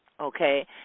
okay